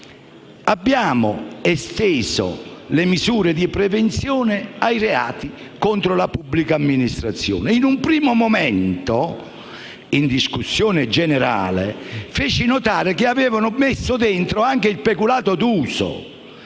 Abbiamo esteso le misure di prevenzione ai reati contro la pubblica amministrazione. In un primo momento, in discussione generale feci notare che avevano inserito anche il peculato d'uso,